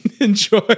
Enjoy